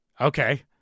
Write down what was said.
Okay